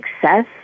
success